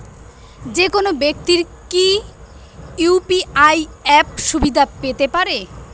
যেকোনো ব্যাক্তি কি ইউ.পি.আই অ্যাপ সুবিধা পেতে পারে?